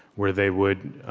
where they would